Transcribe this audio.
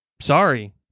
sorry